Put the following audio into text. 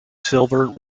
silver